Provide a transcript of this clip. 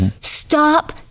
Stop